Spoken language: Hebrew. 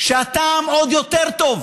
שהטעם עוד יותר טוב